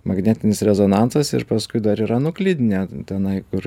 magnetinis rezonansas ir paskui dar yra nuklidinė tenai kur